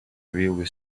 railway